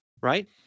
Right